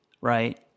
right